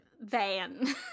van